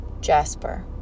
Jasper